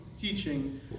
teaching